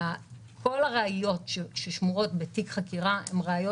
כל הראיות ששמורות בתיק חקירה הן ראיות